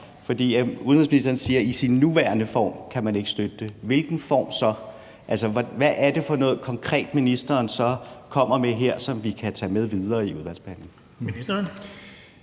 For udenrigsministeren siger, at i dets nuværende form kan man ikke støtte forslaget. Hvilken form så? Altså, hvad er det for noget konkret, ministeren så kommer med her, og som vi kan tage med videre i udvalgsbehandlingen?